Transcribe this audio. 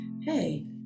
hey